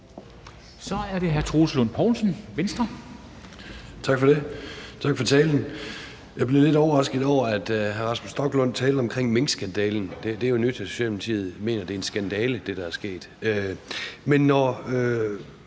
09:50 Troels Lund Poulsen (V): Tak for det, tak for talen. Jeg blev lidt overrasket over, at hr. Rasmus Stoklund talte om minkskandalen. Det er jo nyt, at Socialdemokratiet mener, at det, der er sket, er en skandale. Men når